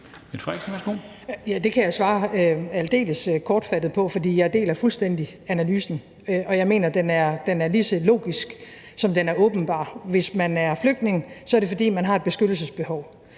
Det kan jeg svare aldeles kortfattet på, for jeg deler fuldstændig analysen, og jeg mener, den er lige så logisk, som den er åbenbar. Hvis man er flygtning, er det, fordi man har et beskyttelsesbehov,